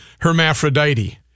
Hermaphrodite